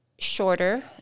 shorter